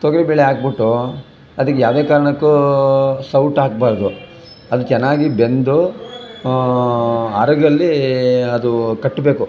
ತೊಗರಿ ಬೇಳೆ ಹಾಕ್ಬುಟ್ಟು ಅದಕ್ಕೆ ಯಾವುದೇ ಕಾರಣಕ್ಕೂ ಸೌಟು ಹಾಕಬಾರ್ದು ಅದು ಚೆನ್ನಾಗಿ ಬೆಂದು ಅರಗಲ್ಲಿ ಅದು ಕಟ್ಟಬೇಕು